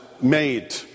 made